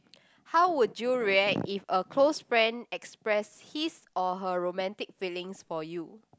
how would you react if a close friend express his or her romantic feelings for you